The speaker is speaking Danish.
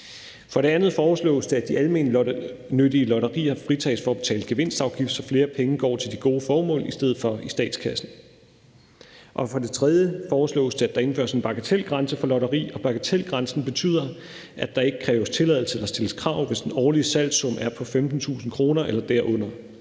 For det andet foreslås det, at de almennyttige lotterier fritages for at betale gevinstafgift, så flere penge går til de gode formål i stedet for i statskassen. For det tredje foreslås det, at der indføres en bagatelgrænse for lotteri. Bagatelgrænsen betyder, at der ikke kræves tilladelse eller stilles krav, hvis den årlige salgssum er på 15.000 kr. eller derunder.